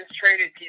traded